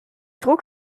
druck